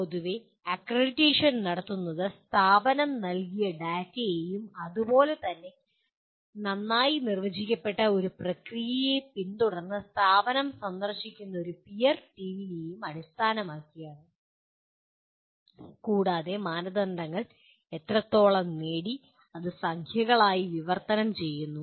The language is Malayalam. പൊതുവെ അക്രഡിറ്റേഷൻ നടത്തുന്നത് സ്ഥാപനം നൽകിയ ഡാറ്റയെയും അതുപോലെ തന്നെ നന്നായി നിർവചിക്കപ്പെട്ട ഒരു പ്രക്രിയയെ പിന്തുടർന്ന് സ്ഥാപനം സന്ദർശിക്കുന്ന ഒരു പിയർ ടീമിനെയും അടിസ്ഥാനമാക്കിയാണ് കൂടാതെ മാനദണ്ഡങ്ങൾ എത്രത്തോളം നേടി അത് സംഖ്യകളായി വിവർത്തനം ചെയ്യുന്നു